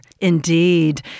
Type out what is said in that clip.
indeed